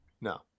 No